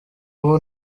ubu